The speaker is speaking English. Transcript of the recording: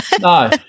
No